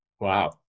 Wow